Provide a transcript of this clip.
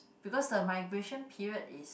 because the migration period is